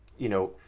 you know,